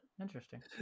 interesting